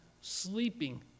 sleeping